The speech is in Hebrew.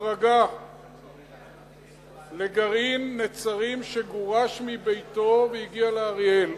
החרגה לגרעין נצרים שגורש מביתו והגיע לאריאל,